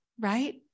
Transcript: right